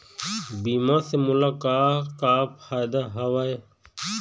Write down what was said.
बीमा से मोला का का फायदा हवए?